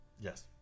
Yes